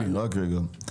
רק רגע,